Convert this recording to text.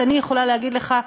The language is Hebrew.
אני יכולה להגיד לך,